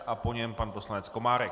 A po něm pan poslanec Komárek.